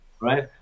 Right